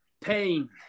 Pain